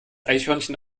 eichhörnchen